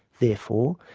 therefore,